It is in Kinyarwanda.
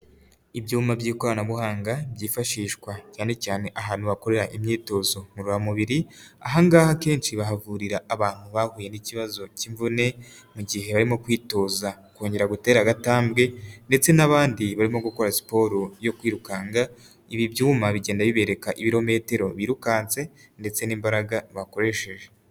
Ibyuma by'ikoranabuhanga byifashishwa cyane cyane ahantu bakorera imyitozo ngororamubiri ahangaha akenshi bahavurira abantu bahuye n'ikibazo cy'imvune mu gihe barimo kwitoza kongera gutera agatambwe ndetse n'abandi barimo gukora siporo yo kwirukanka ibi byuma bigenda bibereka ibirometero birukanse ndetse n'imbaraga bakoresheje.